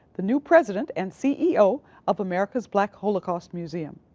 the new president and ceo of america's black holocaust museum.